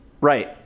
right